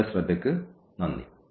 നിങ്ങളുടെ ശ്രദ്ധയ്ക്ക് നന്ദി